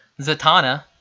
Zatanna